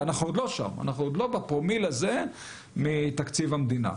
ואנחנו עוד לא בפרומיל הזה מתקציב המדינה.